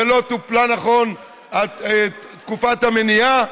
ולא טופלה נכון תקופת המניעה.